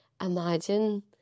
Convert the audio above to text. imagine